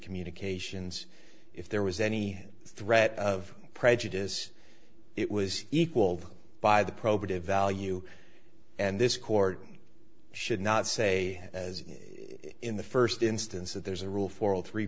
communications if there was any threat of prejudice it was equalled by the probative value and this court should not say as in the first instance that there's a rule for all three